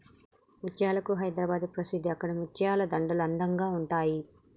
ముత్యాలకు హైదరాబాద్ ప్రసిద్ధి అక్కడి ముత్యాల దండలు అందంగా ఉంటాయి